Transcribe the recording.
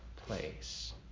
place